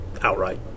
outright